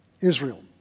Israel